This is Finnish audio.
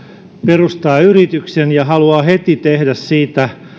perustaa yrityksen ja haluaa heti tehdä siitä